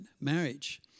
marriage